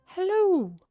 Hello